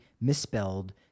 misspelled